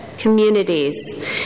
communities